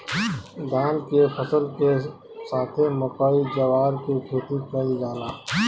धान के फसल के साथे मकई, जवार के खेती कईल जाला